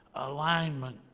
alignment.